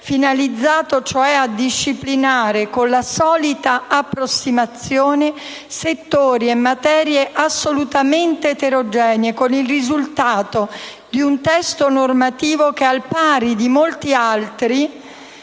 finalizzato cioè a disciplinare con la solita approssimazione settori e materie assolutamente eterogenee, con il risultato di un testo normativo che, al pari di molti altri,